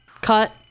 cut